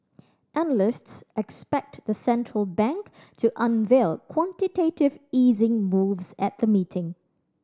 analysts expect the central bank to unveil quantitative easing moves at the meeting